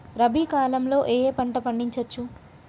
రబీ కాలంలో ఏ ఏ పంట పండించచ్చు?